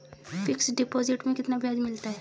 Fix deposit में कितना ब्याज मिलता है?